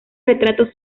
retratos